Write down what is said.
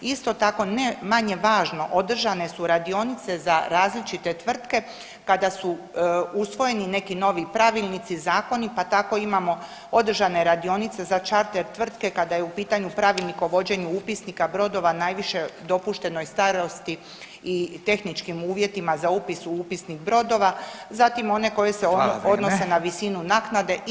Isto tako ne manje važno održane su radionice za različite tvrtke kada su usvojeni neki novi pravilnici, zakoni, pa tako imamo održane radionice za čarter tvrtke kada je u pitanju Pravilnik o vođenju upisnika brodova najviše dopuštenoj starosti i tehničkim uvjetima za upis u upisnik brodova, zatim one koje se odnose na visinu naknade itd.